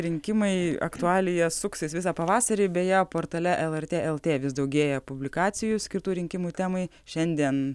rinkimai aktualija suksis visą pavasarį beje portale lrt lt vis daugėja publikacijų skirtų rinkimų temai šiandien